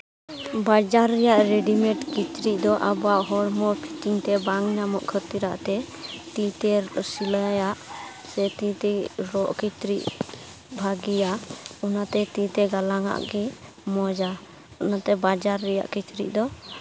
ᱵᱟᱡᱟᱨ ᱨᱮᱭᱟᱜ ᱨᱮᱹᱰᱤᱢᱮᱹᱰ ᱠᱤᱪᱨᱤᱡ ᱫᱚ ᱟᱵᱚᱣᱟᱜ ᱦᱚᱲᱢᱚ ᱯᱷᱤᱴᱤᱝ ᱛᱮ ᱵᱟᱝ ᱧᱟᱢᱚᱜ ᱠᱷᱟᱹᱛᱤᱨᱟᱜ ᱛᱮ ᱛᱤ ᱛᱮ ᱥᱤᱞᱟᱭᱟᱜ ᱥᱮ ᱛᱤ ᱛᱮ ᱨᱚᱜ ᱠᱤᱪᱨᱤᱡ ᱵᱷᱟᱜᱮᱭᱟᱜ ᱚᱱᱟᱛᱮ ᱛᱤ ᱛᱮ ᱜᱟᱞᱟᱝᱼᱟᱜ ᱜᱮ ᱢᱚᱡᱟ ᱚᱱᱟᱛᱮ ᱵᱟᱡᱟᱨ ᱨᱮᱭᱟᱜ ᱠᱤᱪᱨᱤᱡ ᱫᱚ